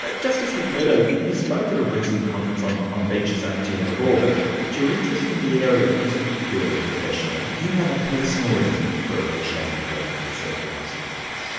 but justice mcmurdo, you spoke at a recent conference on on beach safety and the law, but but your interest in the area isn't purely professional, you have a personal reason for appreciating the work of the surf lifesavers.